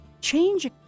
change